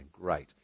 great